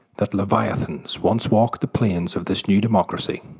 that leviathans once walked the plains of this new democracy.